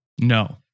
no